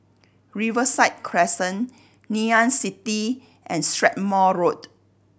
Riverside Crescent Ngee Ann City and Strathmore Road